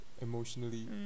emotionally